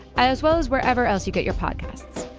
as well as wherever else you get your podcasts.